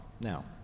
Now